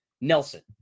Nelson